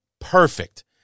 Perfect